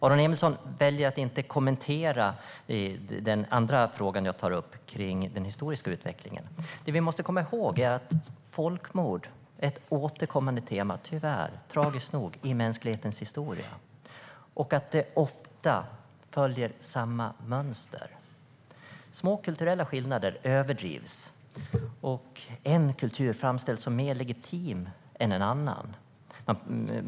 Aron Emilsson väljer att inte kommentera den andra frågan jag tar upp om den historiska utvecklingen. Vi måste komma ihåg att folkmord, tyvärr och tragiskt nog, är ett återkommande tema i mänsklighetens historia. Folkmord följer ofta samma mönster. Små kulturella skillnader överdrivs. En kultur framställs som mer legitim än en annan.